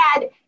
dad